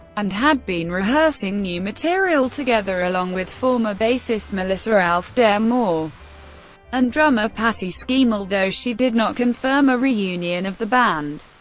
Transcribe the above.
and had been rehearsing new material together, along with former bassist melissa auf der maur and drummer patty so schemel, though she did not confirm a reunion of the band.